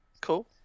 Cool